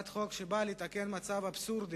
שבאה לתקן מצב אבסורדי